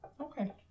Okay